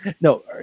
no